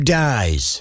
dies